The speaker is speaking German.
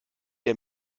der